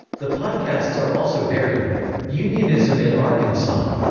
the podcasts are also varied with unionism in arkansas,